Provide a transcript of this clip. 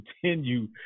continue